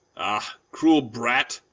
ah, cruel brat,